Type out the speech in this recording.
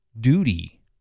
duty